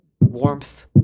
Warmth